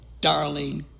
darling